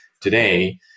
today